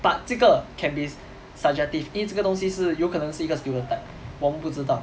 but 这个 can be subjective 因为这个东西是有可能是一个 stereotype 我们不知道